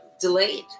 delayed